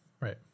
Right